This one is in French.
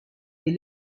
est